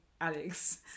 alex